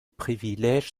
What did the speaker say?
privilèges